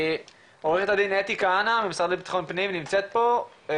עורכת הדין אתי כהנא מהמשרד לביטחון פנים נמצאת פה?